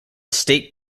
state